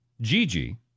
Gigi